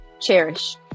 cherish